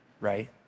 right